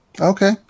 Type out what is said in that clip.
Okay